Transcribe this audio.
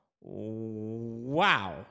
wow